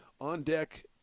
on-deck